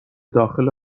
داخل